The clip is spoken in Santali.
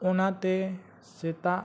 ᱚᱱᱟᱛᱮ ᱥᱮᱛᱟᱜ